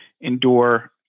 endure